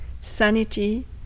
sanity